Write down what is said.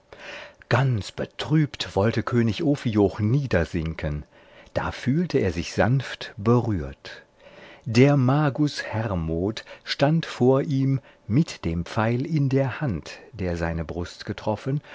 ganz betrübt wollte könig ophioch niedersinken da fühlte er sich sanft berührt der magus hermod stand vor ihm mit dem pfeil in der hand der seine brust getroffen